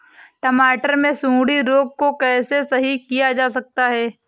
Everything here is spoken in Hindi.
टमाटर से सुंडी रोग को कैसे सही किया जा सकता है?